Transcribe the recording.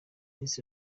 miss